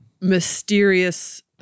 mysterious